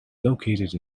located